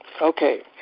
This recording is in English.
Okay